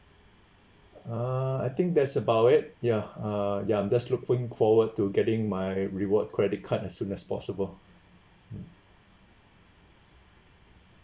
uh I think that's about it ya uh ya I'm just looking forward to getting my reward credit card as soon as possible mm